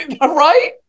right